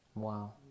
Wow